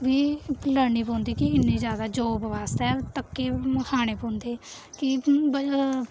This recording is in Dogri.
बी लड़ने पौंदी कि इ'न्नी जैदा जाब आस्तै तक्के खाने पौंदे कि